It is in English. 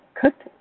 cooked